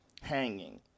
hanging